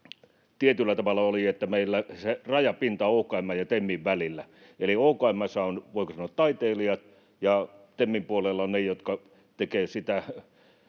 tietyllä tavalla oli, että meillä on se rajapinta OKM:n ja TEMin välillä. Eli OKM:ssä ovat — voiko sanoa — taiteilijat ja TEMin puolella ovat ne, jotka tekevät sitä